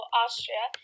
austria